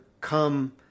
come